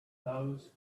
those